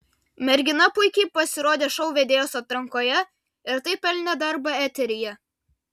mergina puikiai pasirodė šou vedėjos atrankoje ir taip pelnė darbą eteryje